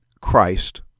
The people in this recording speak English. Christ